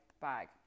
bag